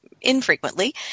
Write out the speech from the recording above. infrequently